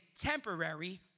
temporary